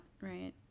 right